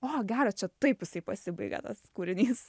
o geras čia taip jisai pasibaigia tas kūrinys